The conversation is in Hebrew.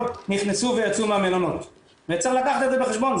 נכנסו ויצאו מהמלונות וצריך לקחת את זה בחשבון.